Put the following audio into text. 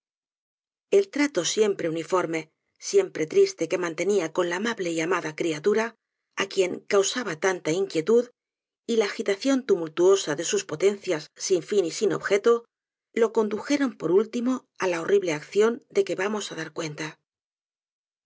el trato siempre uniforme siempre triste que mantenía con la amable y amada criatura á quien causaba tanta inquietud y la agitación tumultuosa de sus potencias sin fin y sin objeto lo condujeron por último á la horrible acción de que vamos á dar cuenta